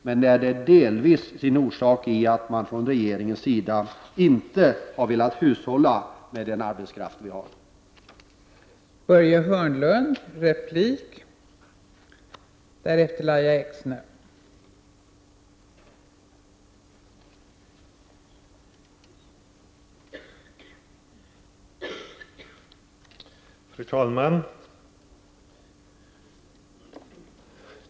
Men denna misshushållning har delvis sin orsak i att regeringen inte har velat hushålla med den arbetskraft som står till buds.